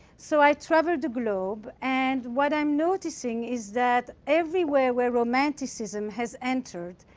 so i travel the globe, and what i'm noticing is that everywhere where romanticism has entered,